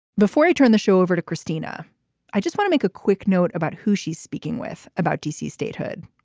before i turn the show over to christina i just wanna make a quick note about who she's speaking with about d c. statehood.